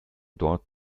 dort